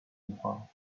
进化